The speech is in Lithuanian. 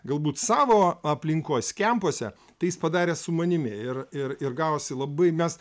galbūt savo aplinkos kempuose tai jis padarė su manimi ir ir ir gavosi labai mes